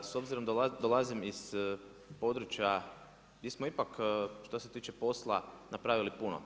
S obzirom da dolazim iz područja, mi smo ipak što se tiče posla napravili puno.